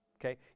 Okay